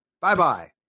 Bye-bye